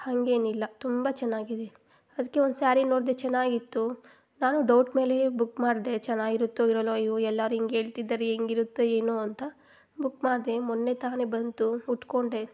ಹಂಗೇನಿಲ್ಲ ತುಂಬ ಚೆನ್ನಾಗಿದೆ ಅದಕ್ಕೆ ಒಂದು ಸ್ಯಾರಿ ನೋಡಿದೆ ಚೆನ್ನಾಗಿತ್ತು ನಾನು ಡೌಟ್ ಮೇಲೆಯೇ ಬುಕ್ ಮಾಡ್ದೆ ಚೆನ್ನಾಗಿರುತ್ತೋ ಇರೋಲ್ವೊ ಅಯ್ಯೊ ಎಲ್ಲರು ಹಿಂಗೆ ಹೇಳ್ತಿದ್ದಾರೆ ಹೆಂಗಿರುತ್ತೊ ಏನೊ ಅಂತ ಬುಕ್ ಮಾಡ್ದೆ ಮೊನ್ನೆ ತಾನೆ ಬಂತು ಉಟ್ಕೊಂಡೆ